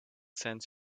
sends